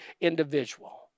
individual